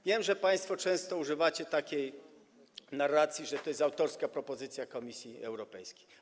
Wiem, że państwo często używacie takiej narracji, że to jest autorska propozycja Komisji Europejskiej.